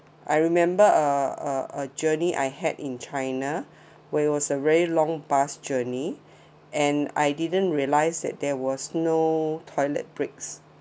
I remember uh uh a journey I had in china where it was a very long bus journey and I didn't realize that there was no toilet breaks